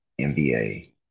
NBA